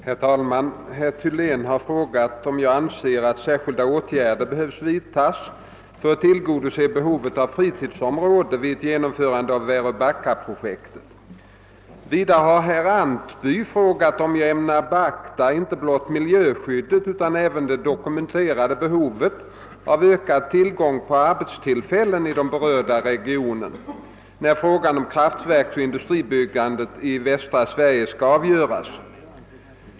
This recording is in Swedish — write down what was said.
Herr talman! Herr Thylén har frågat, om jag anser att särskilda åtgärder behöver vidtas för att tillgodose behovet av fritidsområden vid ett genomförande av Väröbacka-projektet. Vidare har herr Antby frågat om jag ämnar beakta inte blott miljöskyddet utan även det dokumenterade behovet av ökad tillgång på arbetstillfällen i den berörda regionen, när frågan om kraftverksoch industriutbyggnad i västra Sverige skall avgöras.